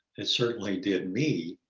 it certainly did me,